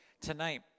tonight